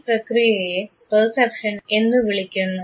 ഈ പ്രക്രിയയെ പെർസെപ്ഷൻ എന്ന് വിളിക്കുന്നു